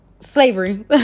Slavery